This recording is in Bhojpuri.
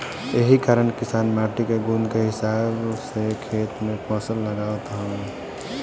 एही कारण किसान माटी के गुण के हिसाब से खेत में फसल लगावत हवे